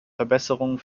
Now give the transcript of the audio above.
verbesserungen